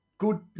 good